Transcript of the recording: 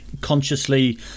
consciously